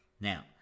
Now